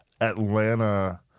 Atlanta